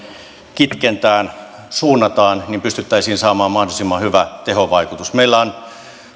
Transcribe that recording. kitkentään suunnataan pystyttäisiin saamaan mahdollisimman hyvä tehovaikutus meillä on